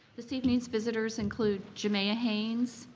this evening's visitors include jamia haynes,